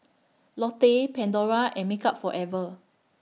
Lotte Pandora and Makeup Forever